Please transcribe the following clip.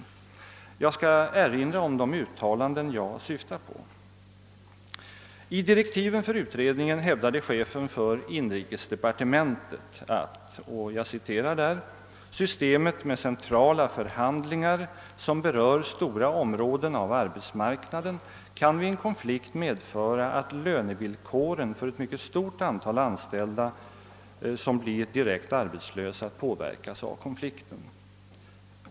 Jag skall erinra om de uttalanden jag syftar på. I direktiven för utredningen hävdade chefen för inrikesdepartementet att »systemet med centrala förhandlingar som berör stora områden av arbets marknaden kan vid en konflikt medföra att lönevillkoren för ett mycket stort antal anställda som blir indirekt arbetslösa påverkas av konflikten».